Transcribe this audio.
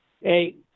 hey